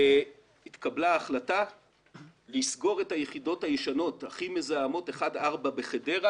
התקבלה ההחלטה לסגור את היחידות הישנות הכי מזהמות 1-4 בחדרה.